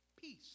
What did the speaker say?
peace